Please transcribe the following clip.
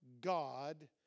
God